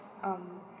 um